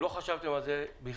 לא חשבתם על זה בכלל,